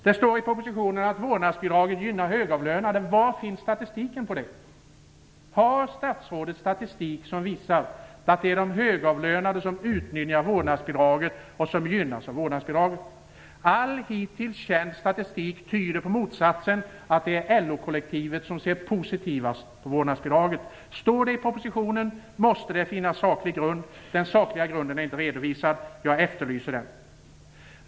Det står i propositionen att vårdnadsbidraget gynnar högavlönade. Var finns statistiken på det? Har statsrådet statistik som visar att det är de högavlönade som utnyttjar vårdnadsbidraget och gynnas av det? All hittills känd statistik tyder på motsatsen: att det är LO-kollektivet som ser positivast på vårdnadsbidraget. Står det i propositionen måste det finnas saklig grund. Den sakliga grunden är inte redovisad. Jag efterlyser den.